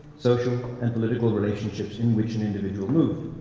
social and political relationships in which an individual moved.